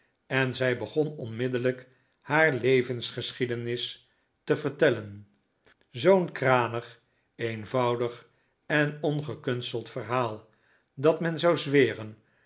en zij begon onmiddellijk haar levensgeschiedenis te vertellen zoo'n kranig eenvoudig en ongekunsteld verhaal dat men zou zweren